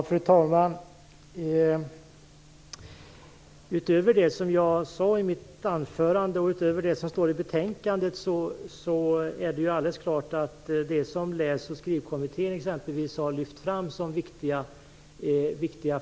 Fru talman! Utöver det som jag sade i mitt anförande och det som står i betänkandet har Läs och skrivkommittén lyft fram viktiga faktorer.